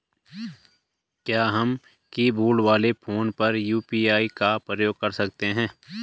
क्या हम कीबोर्ड वाले फोन पर यु.पी.आई का प्रयोग कर सकते हैं?